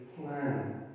plan